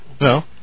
no